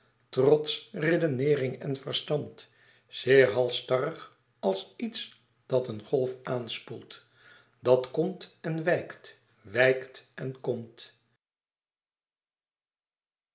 trots redeneering en verstand zeer halsstarrig als iets dat een golf aanspoelt dat komt en wijkt wijkt en komt